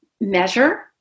measure